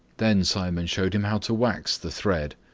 then simon showed him how to wax the thread.